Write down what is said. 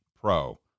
pro